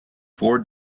four